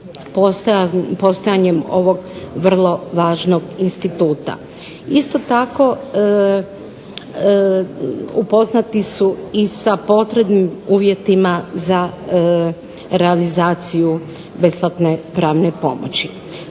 postojanjem ovog vrlo važnog instituta. Isto tako upoznati su sa poznatim uvjetima za realizaciju besplatne pravne pomoći.